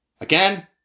Again